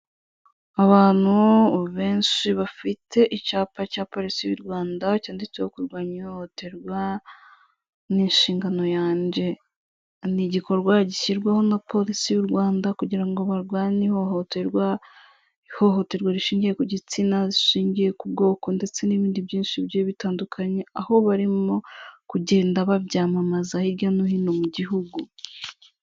Abantu benshi bafite icyapa cya polisi y'u Rwanda cyanditseho kurwanya ihohoterwa ni inshingano yanjye. Ni igikorwa gishyirwaho na polisi y'u Rwanda kugira ngo barwanye ihohoterwa, ihohoterwa rishingiye ku gitsina, rishingiye ku bwoko ndetse n'ibindi byinshi bigiye bitandukanye, aho barimo kugenda babyamamaza hirya no hino mu Gihugu